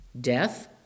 Death